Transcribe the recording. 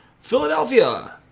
Philadelphia